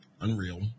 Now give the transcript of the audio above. Unreal